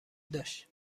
داشت